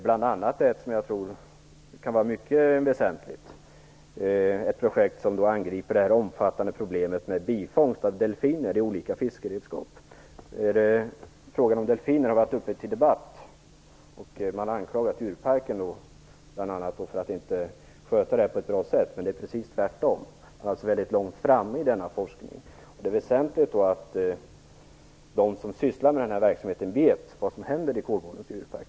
Ett av dem tror jag är mycket väsentligt. Det är ett projekt som angriper det omfattande problemet med bifångst av delfiner med olika fiskeredskap. Frågan om delfinerna har varit uppe till debatt. Man har anklagat djurparken bl.a. för att den inte sköter det här på ett bra sätt. Men det är precis tvärtom. Man är mycket långt framme på den här forskningens område. Det är då väsentligt att de som sysslar med den här verksamheten vet vad som händer i Kolmårdens djurpark.